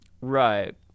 Right